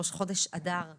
ראש חודש אדר א'